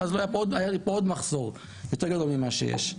אז היה לי פה עוד מחסור יותר גדול ממה שיש.